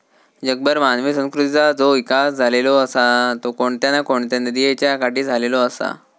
जगभर मानवी संस्कृतीचा जो इकास झालेलो आसा तो कोणत्या ना कोणत्या नदीयेच्या काठी झालेलो आसा